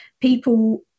people